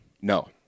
No